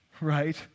right